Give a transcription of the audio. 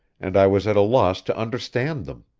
and i was at a loss to understand them.